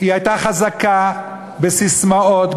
היא הייתה חזקה בססמאות,